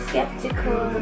Skeptical